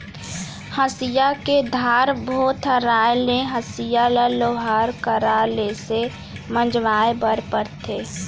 हँसिया के धार भोथराय ले हँसिया ल लोहार करा ले से मँजवाए बर परथे